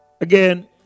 again